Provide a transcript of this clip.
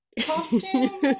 costume